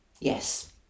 Yes